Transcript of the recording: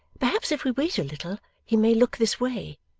perhaps if we wait a little, he may look this way